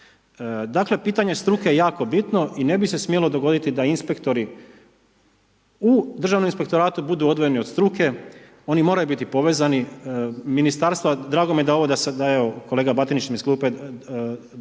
Dakle pitanje struke je jako bitno i ne bi se smjelo dogoditi da inspektori u Državnom inspektoratu budu odvojeni od struke, oni moraju biti povezani, ministarstva, drago mi je da je evo, kolega Batinić mi iz klupe